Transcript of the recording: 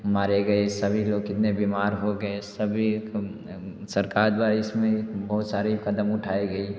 मारे गए सभी लोग कितने बीमार हो गए सभी एक सरकार द्वार इसमें बहुत सारे कदम उठाई गई